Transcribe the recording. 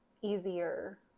easier